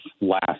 last